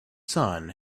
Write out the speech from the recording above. sun